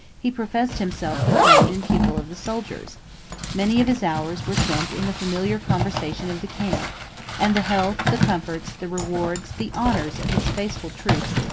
he professed himself the friend and pupil of the soldiers many of his hours were spent in the familiar conversation of the camp and the health, the comforts, the rewards, the honors, of his faithful troops,